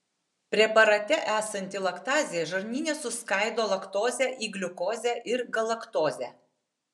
preparate esanti laktazė žarnyne suskaido laktozę į gliukozę ir galaktozę